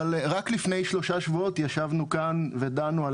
אבל רק לפני שלושה שבועות ישבנו כאן ודנו על